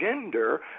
gender